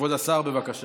כבוד השר, בבקשה.